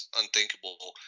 unthinkable